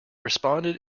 responded